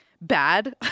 bad